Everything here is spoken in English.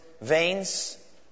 veins